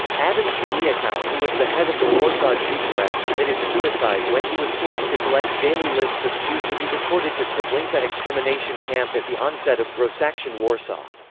adam czerniakow who was the head of the warsaw judenrat committed suicide when he was forced to collect daily lists of jews to be deported to treblinka extermination camp at the onset of grossaktion warsaw.